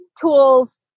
tools